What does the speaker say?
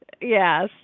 yes